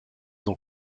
ont